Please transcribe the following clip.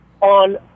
on